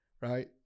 Right